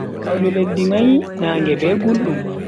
Hawlu lesdi mai naage be guldum.